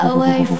Away